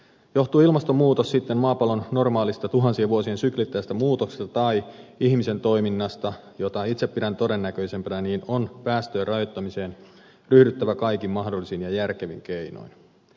johtuu ilmastonmuutos sitten maapallon normaalista tuhansien vuosien syklittäisestä muutoksesta tai ihmisen toiminnasta mitä itse pidän todennäköisempänä on päästöjen rajoittamiseen ryhdyttävä kaikin mahdollisin ja järkevin keinoin